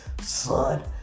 son